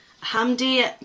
Hamdi